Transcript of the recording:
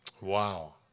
Wow